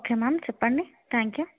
okay ma'am చెప్పండి thank you